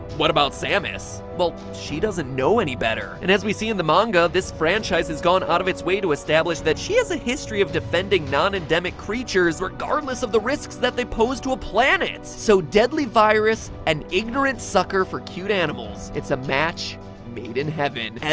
what about samus? well, she doesn't know any better. and as we see in the manga, this franchise has gone out of its way to establish that she has a history of defending non-endemic creatures, regardless of the risks that they pose to a planet! so deadly virus, and ignorant sucker for cute animals. it's a match made in heaven.